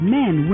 men